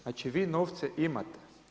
Znači vi novce imate.